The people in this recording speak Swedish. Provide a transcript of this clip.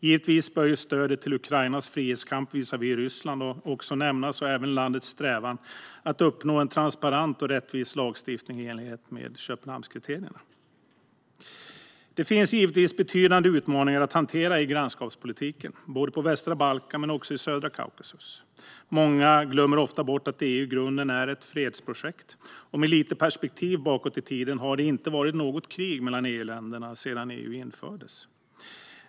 Givetvis bör stödet till Ukrainas frihetskamp visavi Ryssland också nämnas och även landets strävan att uppnå en transparent och rättvis lagstiftning i enlighet med Köpenshamnskriterierna. Det finns givetvis betydande utmaningar att hantera i grannskapspolitiken både på västra Balkan och i södra Kaukasus. Många glömmer ofta bort att EU i grunden är ett fredsprojekt, och med lite perspektiv bakåt i tiden har det inte varit något krig mellan EU-länderna sedan EU bildades.